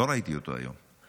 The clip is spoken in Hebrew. לא ראיתי אותו היום.